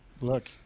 Look